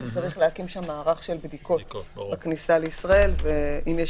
כי צריך להקים שם מערך של בדיקות בכניסה לישראל ואם יש